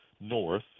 North